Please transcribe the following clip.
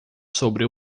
sobre